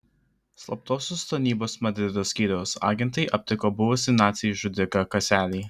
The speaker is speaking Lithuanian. slaptosios tarnybos madrido skyriaus agentai aptiko buvusį nacį žudiką kaselį